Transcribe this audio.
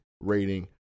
rating